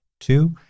two